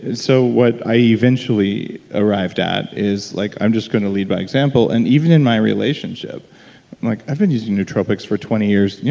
and so what i eventually arrived at is like i'm just going to lead by example, and even in my relationship, i'm like, i've been using nootropics for twenty years.